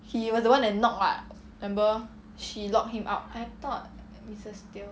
he was the one that knocked [what] remember she locked him